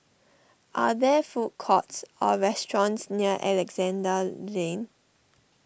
are there food courts or restaurants near Alexandra Lane